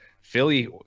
Philly